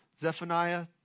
Zephaniah